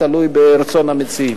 וזה תלוי ברצון המציעים.